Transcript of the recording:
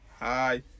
Hi